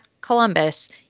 Columbus